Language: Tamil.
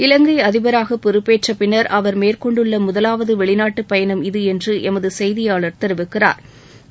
இலங்கை அதிபராக பொறுப்பேற்ற பின்னர் அவர் மேற்கொண்டுள்ள முதலாவது வெளிநாட்டுப் பயணம் இது என்று எமது செய்தியாளா் தெரிவிக்கிறாா்